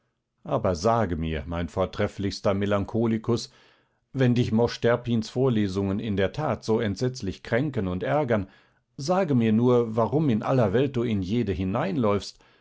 aber sage mir mein vortrefflichster melancholikus wenn dich mosch terpins vorlesungen in der tat so entsetzlich kränken und ärgern sage mir nur warum in aller welt du in jede